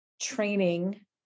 training